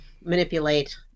manipulate